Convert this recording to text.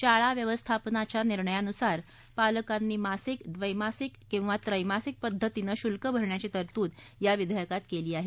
शाळा व्यवस्थापनाच्या निर्णयानुसार पालकांनी मासिक ड्रैमासिक किंवा त्रैमासिक पद्धतीनं शुल्क भरण्याची तरतूद या विधेयकात केली आहे